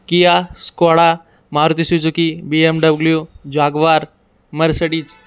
Kia Skoda Maruti Suzuki BMW jaguar Mercedes